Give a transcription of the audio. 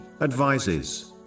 advises